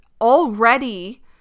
already